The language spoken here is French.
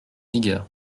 vigueur